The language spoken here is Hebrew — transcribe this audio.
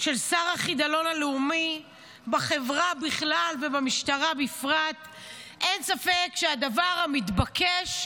של שר החידלון הלאומי בחברה בכלל ובמשטרה בפרט אין ספק שהדבר המתבקש,